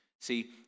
see